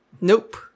Nope